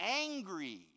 angry